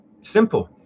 simple